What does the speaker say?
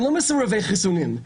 הם לא מסרבי חיסונים,